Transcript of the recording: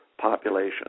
population